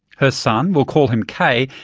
her son, we'll call him k,